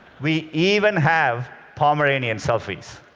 we even have pomeranian selfies.